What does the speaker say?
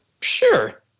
Sure